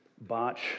botch